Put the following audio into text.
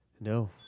No